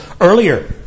earlier